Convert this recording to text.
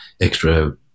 extra